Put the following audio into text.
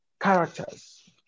characters